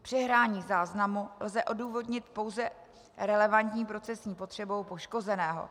Přehrání záznamu lze odůvodnit pouze relevantní procesní potřebou poškozeného.